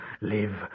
live